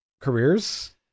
careers